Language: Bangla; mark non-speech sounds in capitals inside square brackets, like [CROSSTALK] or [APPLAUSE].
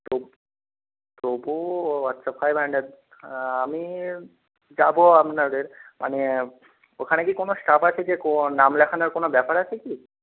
তো তবুও আচ্ছা ফাইভ হান্ড্রেড আমি যাব আপনাদের মানে ওখানে কি কোনো স্টাফ আছে যে [UNINTELLIGIBLE] নাম লেখানোর কোনো ব্যাপার আছে কি